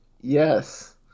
Yes